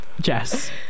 Jess